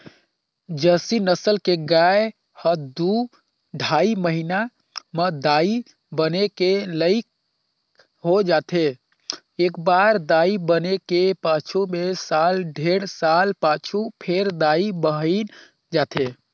Jersey नसल के गाय ह दू ढ़ाई महिना म दाई बने के लइक हो जाथे, एकबार दाई बने के पाछू में साल डेढ़ साल पाछू फेर दाई बइन जाथे